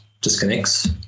disconnects